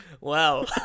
Wow